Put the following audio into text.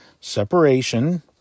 Separation